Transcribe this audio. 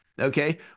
Okay